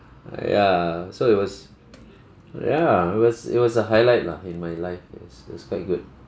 ya so it was ya it was it was a highlight lah in my life it was it was quite good